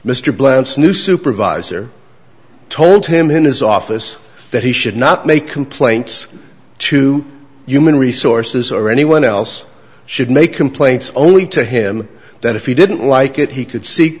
mr blends new supervisor told him in his office that he should not make complaints to human resources or anyone else should make complaints only to him that if he didn't like it he could see